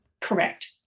Correct